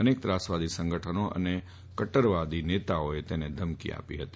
અનેક ત્રાસવાદી સંગઠનો અને કદરવાદી નેતાઓએ તેને ધમકીઓ આપી ફતી